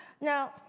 Now